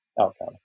outcome